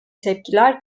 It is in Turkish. tepkiler